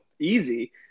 easy